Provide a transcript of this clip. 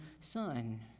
son